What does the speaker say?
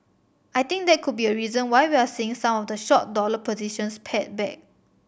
I think that could be a reason why we're seeing some of the short dollar positions pared back